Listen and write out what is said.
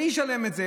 מי ישלם את זה?